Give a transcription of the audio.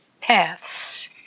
paths